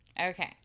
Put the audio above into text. Okay